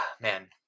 man